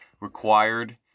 required